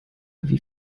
wie